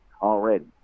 already